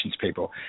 people